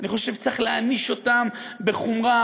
אני חושב שצריך להעניש אותם בחומרה.